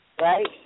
Right